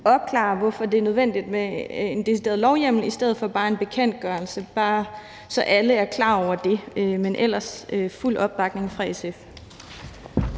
opklarede, hvorfor det er nødvendigt med en decideret lovhjemmel i stedet for bare en bekendtgørelse. Det er bare, så alle er klar over det, men ellers er der fuld opbakning fra SF.